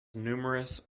numerous